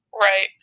Right